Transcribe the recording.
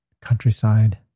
countryside